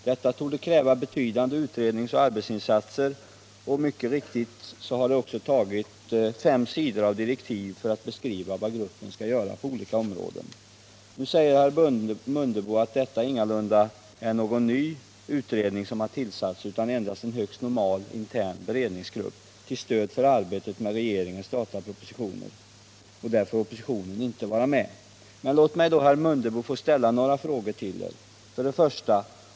Det torde kräva betydande utredningsoch arbetsinsatser, och mycket riktigt har det tagit fem sidor av direktiv för att beskriva vad gruppen skall göra på olika områden. Nu säger herr Mundebo att det ingalunda är någon ny utredning som har tillsatts utan endast en högst normal intern beredningsgrupp till stöd för arbetet med regeringens datapropositioner. Där får oppositionen inte vara med. Låt mig då, herr Mundebo, få ställa ett par frågor till er: 1.